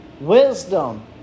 Wisdom